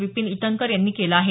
विपीन इटनकर यांनी केलं आहे